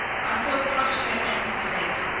i fell prostrate at his feet,